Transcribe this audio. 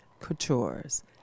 Coutures